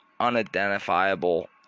unidentifiable